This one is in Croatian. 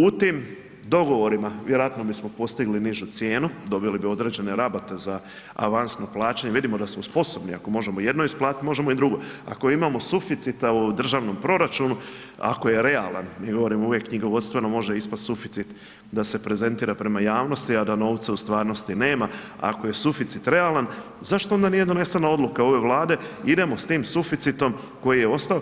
U tim dogovorima, vjerojatno bismo postigli nižu cijenu, dobili do određene rabate za avansno plaćanje vidimo da smo sposobni, ako možemo jedno isplatiti, možemo i drugo, ako imamo suficita u državnom proračunu ako je realan, mi govorimo uvijek knjigovodstveno, može ispasti suficit da se prezentira prema javnosti, a da novca u stvarnosti nema, ako je suficit realan zašto onda nije donesena odluka ove Vlade, idemo s tim suficitom koji je ostao,